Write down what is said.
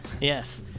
yes